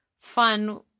fun